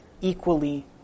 equally